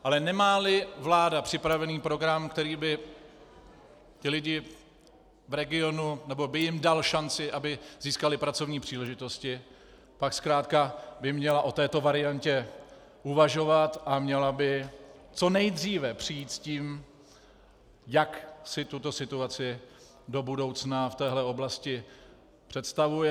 Ale nemáli vláda připravený program, který by ty lidi v regionu, nebo by jim dal šanci, aby získali pracovní příležitosti, pak zkrátka by měla o této variantě uvažovat a měla by co nejdříve přijít s tím, jak si tuto situaci do budoucna v téhle oblasti představuje.